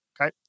okay